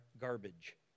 garbage